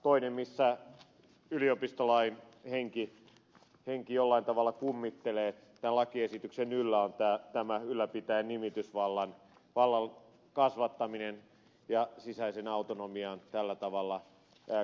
toinen missä yliopistolain henki jollain tavalla kummittelee tämän lakiesityksen yllä on tämä ylläpitäjän nimitysvallan kasvattaminen ja sisäisen autonomian tällä tavalla kaventaminen